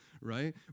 right